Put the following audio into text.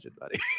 buddy